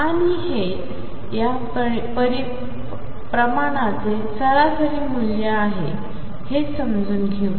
आणि हे या प्रमाणांचे सरासरी मूल्य आहे हे समजून घेऊ